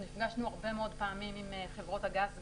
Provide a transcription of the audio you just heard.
אנחנו נפגשנו הרבה מאוד פעמים עם חברות הגז,